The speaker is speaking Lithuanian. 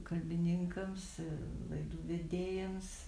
kalbininkams ir laidų vedėjams